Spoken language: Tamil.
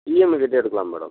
இஎம்ஐ கட்டியே எடுக்கலாம் மேடம்